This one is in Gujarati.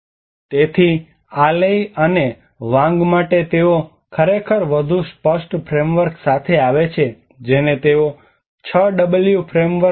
તેથી આ લેઇ અને વાંગ માટે તેઓ ખરેખર વધુ સ્પષ્ટ ફ્રેમવર્ક સાથે આવે છે જેને તેઓ 6 ડબલ્યુ ફ્રેમવર્ક"6w framework" કહે છે